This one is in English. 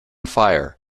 fire